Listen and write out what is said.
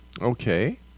Okay